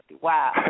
Wow